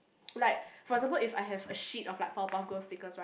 like for example if I have a sheet of like Powerpuff Girls stickers right